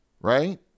Right